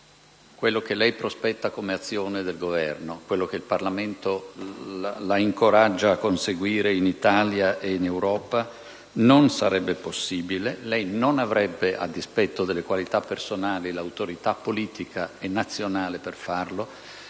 quello che lei prospetta come azione del Governo, quello che il Parlamento la incoraggia a conseguire in Italia e in Europa, non sarebbe possibile; a dispetto delle sue qualità personali, lei non avrebbe l'autorità politica e nazionale per farlo,